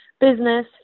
business